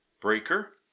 Breaker